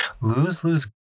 lose-lose